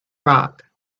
rock